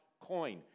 coin